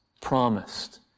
promised